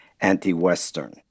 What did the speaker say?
anti-Western